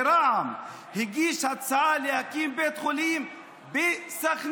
מרע"מ, הגיש הצעה להקים בית חולים בסח'נין.